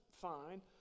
fine